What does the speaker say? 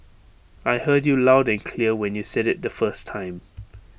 I heard you loud and clear when you said IT the first time